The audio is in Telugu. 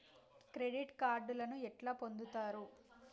క్రెడిట్ కార్డులను ఎట్లా పొందుతరు?